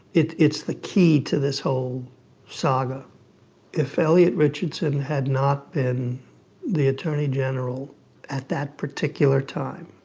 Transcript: it's it's the key to this whole saga if elliot richardson had not been the attorney general at that particular time,